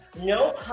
No